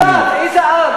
איזו דת, איזה עם?